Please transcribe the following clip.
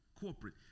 corporate